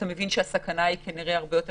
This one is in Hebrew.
אתה מבין שהסכנה היא כנראה הרבה יותר